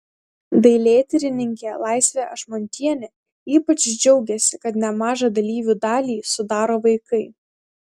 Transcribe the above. dailėtyrininkė laisvė ašmontienė ypač džiaugėsi kad nemažą dalyvių dalį sudaro vaikai